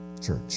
church